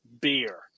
beer